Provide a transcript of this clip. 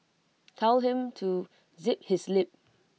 tell him to zip his lip